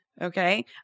okay